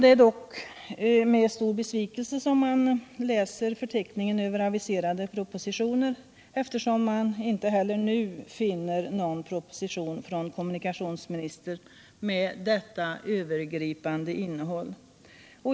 Det är dock med stor besvikelse man läser förteckningen över aviserade propositioner, eftersom man inte heller nu finner någon proposition från kommunikationsministern med detta övergripande innehåll.